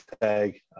tag